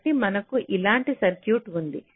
కాబట్టి మనకు ఇలాంటి సర్క్యూట్ ఉంది